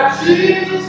Jesus